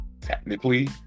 technically